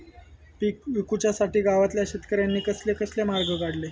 पीक विकुच्यासाठी गावातल्या शेतकऱ्यांनी कसले कसले मार्ग काढले?